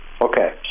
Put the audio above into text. Okay